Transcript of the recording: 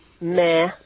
meh